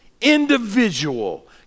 individual